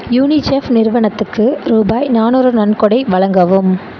UNICEF நிறுவனத்துக்கு ரூபாய் நானூறு நன்கொடை வழங்கவும்